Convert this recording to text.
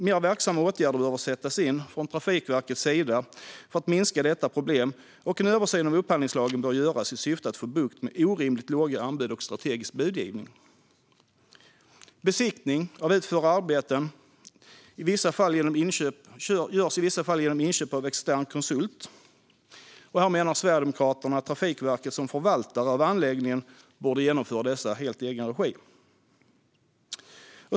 Trafikverket behöver sätta in mer verksamma åtgärder för att minska detta problem, och en översyn av upphandlingslagen bör göras i syfte att få bukt med orimligt låga anbud och strategisk budgivning. Besiktning av utförda arbeten utförs i vissa fall genom inköp av extern konsult. Sverigedemokraterna menar att Trafikverket som förvaltare av anläggningen borde genomföra detta i helt egen regi.